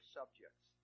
subjects